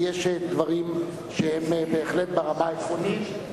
כי יש דברים שהם בהחלט ברמה העקרונית,